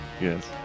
Yes